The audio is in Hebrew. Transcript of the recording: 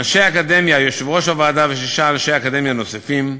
אנשי אקדמיה: יושב-ראש הוועדה ושישה אנשי אקדמיה נוספים.